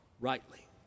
rightly